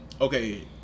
Okay